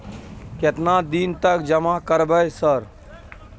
केतना दिन तक जमा करबै सर?